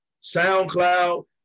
SoundCloud